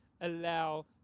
allow